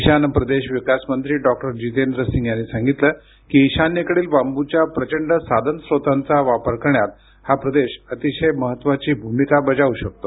ईशान्य प्रदेश विकास मंत्री डॉक्टर जितेंद्र सिंग यांनी सांगितलं की ईशान्येकडील बांबूच्या प्रचंड साधनस्रोतांचा वापर करण्यात हा प्रदेश अतिशय महत्त्वाची भूमिका बजावू शकतो